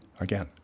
Again